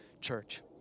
Church